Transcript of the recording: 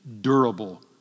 durable